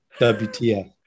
WTF